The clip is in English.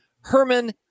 Herman